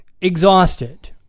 exhausted